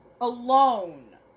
alone